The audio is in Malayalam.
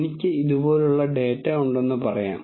എനിക്ക് ഇതുപോലുള്ള ഡാറ്റ ഉണ്ടെന്ന് പറയാം